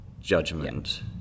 judgment